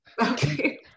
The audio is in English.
okay